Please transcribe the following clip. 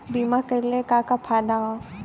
बीमा कइले का का फायदा ह?